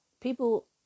people